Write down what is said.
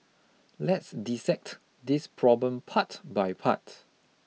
let's dissect this problem part by part